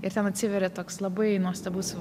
ir ten atsiveria toks labai nuostabus